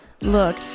Look